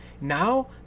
Now